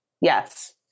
Yes